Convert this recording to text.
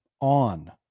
on